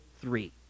three